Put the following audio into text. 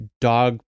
dog